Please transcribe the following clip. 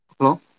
Hello